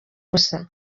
gusa